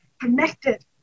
connected